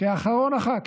כאחרון הח"כים,